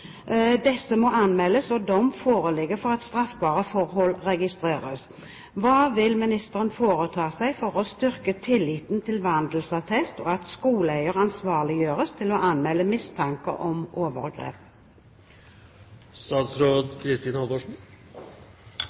må anmeldes og dom foreligge for at straffbare forhold registreres. Hva vil statsråden foreta seg for å styrke tilliten til vandelsattest, og at skoleeier ansvarliggjøres til å anmelde mistanke om